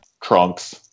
trunks